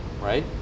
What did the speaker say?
right